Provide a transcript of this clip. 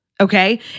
Okay